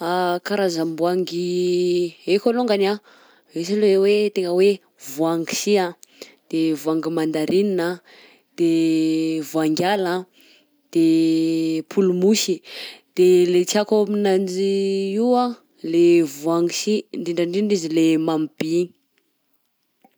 Karam-boangy haiko alongany anh, misy lay hoe tegna hoe voangy sia de voangy mandarinina de voangy ala de polmosy. _x000D_ De le tiako aminanjy io anh lay voangy sia, indrindrandrindra izy le mamy bi iny.